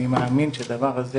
אני מאמין שהדבר הזה,